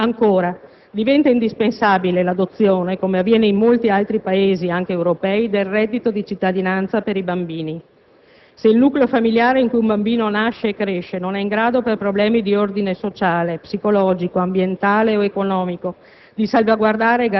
ancora. Diventa indispensabile l'adozione, come avviene in molti altri Paesi anche europei, del reddito di cittadinanza per i bambini. Se il nucleo familiare in cui un bambino nasce e cresce non è in grado per problemi di ordine sociale, psicologico, ambientale o economico